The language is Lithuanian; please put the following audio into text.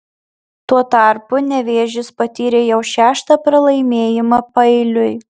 tuo tarpu nevėžis patyrė jau šeštą pralaimėjimą paeiliui